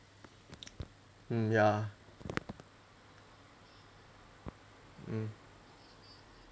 ya